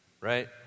right